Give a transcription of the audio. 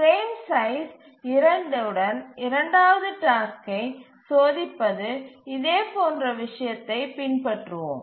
frame size 2 உடன் இரண்டாவது டாஸ்க்கை ச் சோதிப்பது இதே போன்ற விஷயத்தைப் பின்பற்றுவோம்